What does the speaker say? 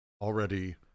already